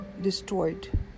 destroyed